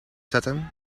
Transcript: zetten